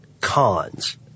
cons